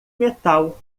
metal